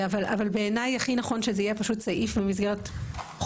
אבל בעיניי הכי נכון שזה יהיה סעיף במסגרת חוק